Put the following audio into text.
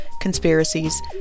conspiracies